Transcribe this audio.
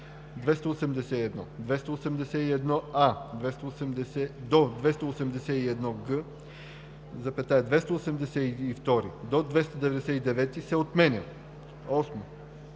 281а – 281г, 282 – 299 се отменя.